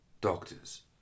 doctors